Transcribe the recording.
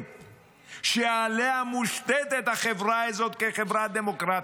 שעליה מושתתת החברה הזאת כחברה דמוקרטית.